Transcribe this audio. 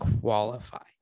qualify